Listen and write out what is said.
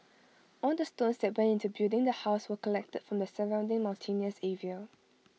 all the stones that went into building the house were collected from the surrounding mountainous area